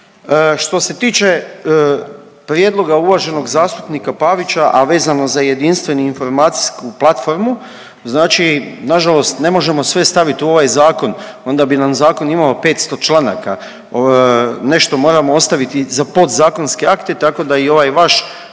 Što se tiče prijedloga uvaženog zastupnika Pavića, a vezano za jedinstvenu informacijsku platformu, znači nažalost ne možemo sve stavit u ovaj zakon onda bi nam zakon imao 500 članaka, nešto moramo ostaviti za podzakonske akte tako da i ovaj vaš